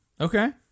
Okay